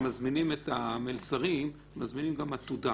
שמזמינים את המלצרים מזמינים גם עתודה